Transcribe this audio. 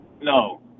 no